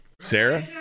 sarah